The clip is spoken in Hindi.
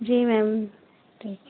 जी मैम ठीक है